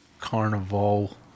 Carnival